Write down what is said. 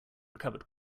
recovered